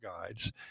guides